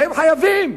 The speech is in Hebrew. אתם חייבים,